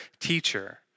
teacher